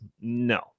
No